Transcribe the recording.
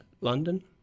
London